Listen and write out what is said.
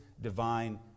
divine